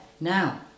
Now